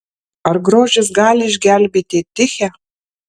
ar grožis gali išgelbėti tichę